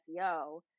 SEO